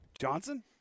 Johnson